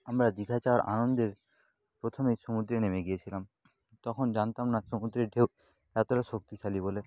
আমরা দীঘা যাওয়ার আনন্দে প্রথমেই সমুদ্রে নেমে গিয়েছিলাম তখন জানতাম না সমুদ্রের ঢেউ এতোটা শক্তিশালী বলে